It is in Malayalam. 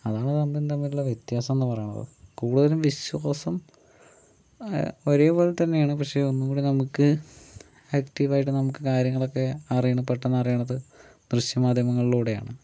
അതാണ് രണ്ടും തമ്മിലുള്ള വ്യത്യാസം എന്ന് പറയുന്നത് കുടുതലും വിശ്വാസം ഒരേപോലെ തന്നെ ആണ് പക്ഷെ ഒന്നുകൂടി നമുക്ക് ആക്റ്റീവ് ആയിട്ട് നമുക്ക് കാര്യങ്ങൾ ഒക്കെ അറിയണത് പെട്ടെന്ന് അറിയണത് ദൃശ്യമാധ്യമങ്ങളിലൂടെ ആണ്